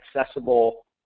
accessible